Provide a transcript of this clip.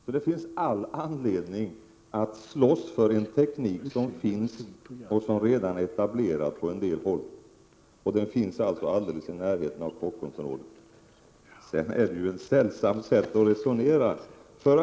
Så det finns all anledning att slåss för en teknik som finns, som redan är etablerad på en del håll och som finns alldeles i närheten av Kockumsområdet. Sten Andersson resonerar på ett sällsamt sätt.